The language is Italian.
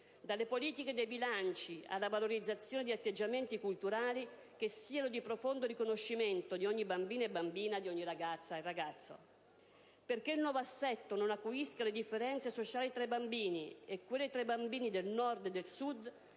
dalle politiche dei bilanci alla valorizzazione di atteggiamenti culturali che siano di profondo riconoscimento di ogni bambino e bambina, di ogni ragazza e ragazzo. Perché il nuovo assetto non acuisca le differenze sociali tra i bambini e quelle tra i bambini del Nord e del Sud,